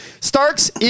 Stark's